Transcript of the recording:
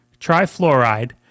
trifluoride